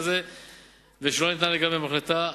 ושלא ניתנה לגביהן החלטה,